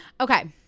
okay